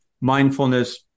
mindfulness